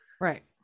right